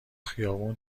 خیابون